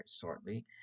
shortly